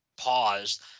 paused